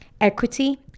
equity